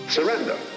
Surrender